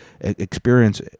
Experience